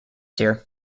here